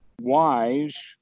wise